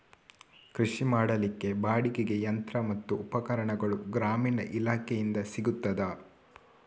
ಕೃಷಿ ಮಾಡಲಿಕ್ಕೆ ಬಾಡಿಗೆಗೆ ಯಂತ್ರ ಮತ್ತು ಉಪಕರಣಗಳು ಗ್ರಾಮೀಣ ಇಲಾಖೆಯಿಂದ ಸಿಗುತ್ತದಾ?